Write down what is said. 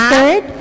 Third